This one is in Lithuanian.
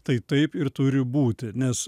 tai taip ir turi būti nes